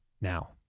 now